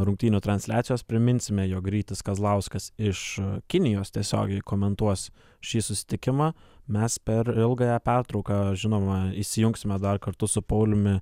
rungtynių transliacijos priminsime jog rytis kazlauskas iš kinijos tiesiogiai komentuos šį susitikimą mes per ilgąją pertrauką žinoma įsijungsime dar kartu su pauliumi